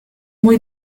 muy